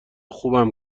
خوبم